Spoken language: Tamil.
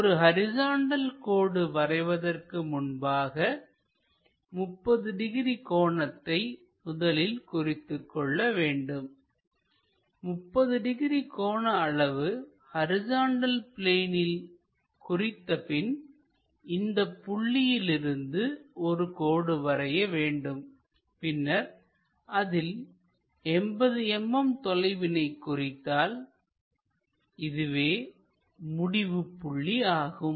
ஒரு ஹரிசாண்டல் கோடு வரைவதற்கு முன்பாக 30 டிகிரி கோணத்தை முதலில் குறித்துக்கொள்ள வேண்டும் 30 டிகிரி கோண அளவு ஹரிசாண்டல் பிளேனில் குறித்த பின் இந்தப் புள்ளியிலிருந்து ஒரு கோடு வரைய வேண்டும் பின்னர் அதில் 80 mm தொலைவினை குறித்தால் இதுவே முடிவு புள்ளி ஆகும்